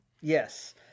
Yes